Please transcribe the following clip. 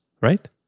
right